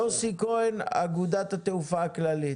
יוסי כהן, אגודת התעופה הכללית.